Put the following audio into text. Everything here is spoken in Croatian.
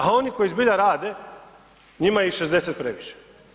A oni koji zbilja rade njima je i 60 previše.